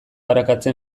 arakatzen